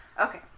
Okay